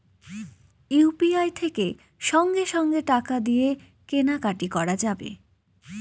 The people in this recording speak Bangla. ইউ.পি.আই থেকে সঙ্গে সঙ্গে টাকা দিয়ে কেনা কাটি করা যাবে